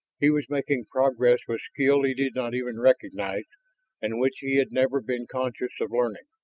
he was making progress with skill he did not even recognize and which he had never been conscious of learning.